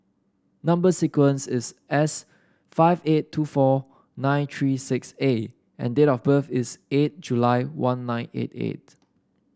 number sequence is S five eight two four nine three six A and date of birth is eight July one nine eight eight